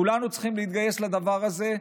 כולנו צריכים להתגייס לדבר הזה.